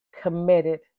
Committed